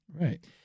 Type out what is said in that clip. Right